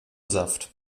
saft